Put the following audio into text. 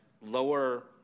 lower